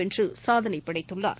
வென்று சாதனை படைத்துள்ளார்